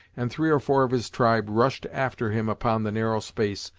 and three or four of his tribe rushed after him upon the narrow space,